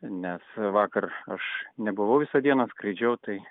nes vakar aš nebuvau visą dieną skraidžiau tai